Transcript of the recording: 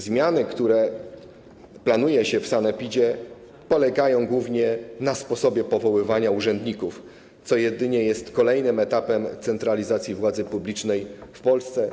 Zmiany, które planuje się w sanepidzie, polegają głównie na sposobie powoływania urzędników, co jedynie jest kolejnym etapem centralizacji władzy publicznej w Polsce.